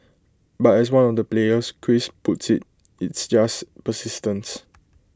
but as one of the players Chris puts IT it's just persistence